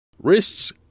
Wrists